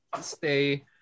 stay